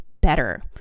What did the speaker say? better